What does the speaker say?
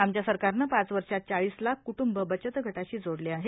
आमच्या सरकारनं पाच व र्मात चाळीस लाख कूटुंब बचत गटाशी जोडले आहेत